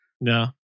No